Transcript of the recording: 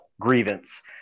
grievance